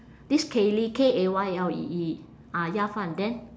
this kay lee K A Y L E E ah 鸭饭 then